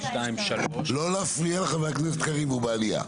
לא להפריע לחבר הכנסת קריב, הוא בעלייה.